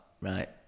right